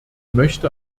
möchte